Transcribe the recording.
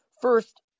First